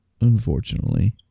unfortunately